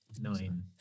Nine